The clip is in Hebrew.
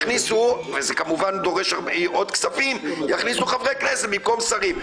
וזה כמובן דורש עוד כספים שיכניסו חברי כנסת במקום שרים.